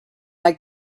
like